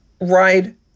ride